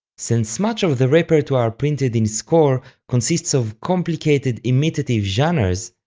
since much of the repertoire printed in score consists of complicated imitative genres,